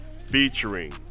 featuring